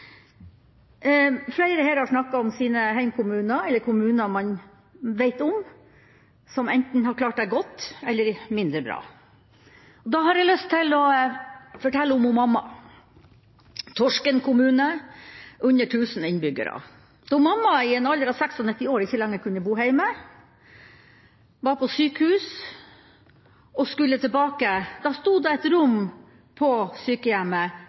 Flere her har snakket om sine hjemkommuner eller kommuner man vet om som enten har klart seg godt eller mindre bra. Da har jeg lyst til å fortelle om mamma og Torsken kommune med under 1 000 innbyggere. Da mamma i en alder av 96 år ikke lenger kunne bo hjemme, var på sykehus og skulle tilbake, sto det et rom på sykehjemmet